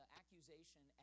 accusation